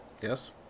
Yes